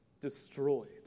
destroyed